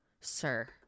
sir